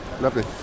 lovely